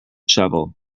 shovel